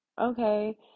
okay